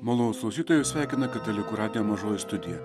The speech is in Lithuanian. malonūs klausytojai jus sveikina katalikų radijo mažoji studija